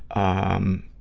um.